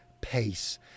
pace